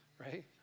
right